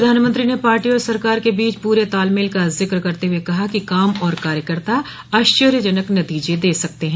प्रधानमंत्री ने पार्टी और सरकार के बीच पूरे तालमेल का जिक्र करते हुए कहा कि काम और कार्यकर्ता आश्चर्यजनक नतीजे दे सकते हैं